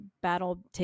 battle